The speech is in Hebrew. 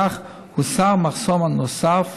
בכך הוסר מחסום נוסף